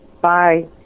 bye